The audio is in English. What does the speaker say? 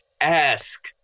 ask